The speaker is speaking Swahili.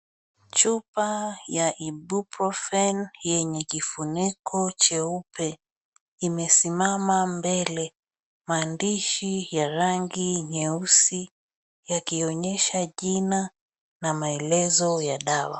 Chupa ya Ibuprofen yenye kifuniko cheupe, imesimama mbele. Maandishi ya rangi nyeusi yakionyesha jina na maelezo ya dawa.